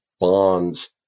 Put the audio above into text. Bonds